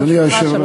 יישר כוח.